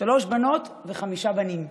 שלוש בנות וחמישה בנים,